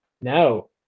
No